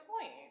point